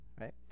right